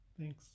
Thanks